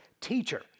Teacher